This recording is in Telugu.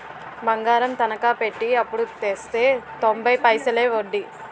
బంగారం తనకా పెట్టి అప్పుడు తెస్తే తొంబై పైసలే ఒడ్డీ